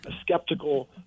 skeptical